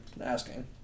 asking